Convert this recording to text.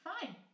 Fine